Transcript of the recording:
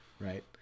Right